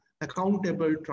accountable